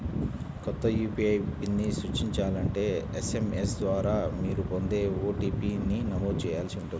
కొత్త యూ.పీ.ఐ పిన్ని సృష్టించాలంటే ఎస్.ఎం.ఎస్ ద్వారా మీరు పొందే ఓ.టీ.పీ ని నమోదు చేయాల్సి ఉంటుంది